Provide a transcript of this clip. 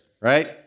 right